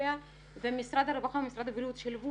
לגביה ומשרד הרווחה ומשרד הבריאות שילבו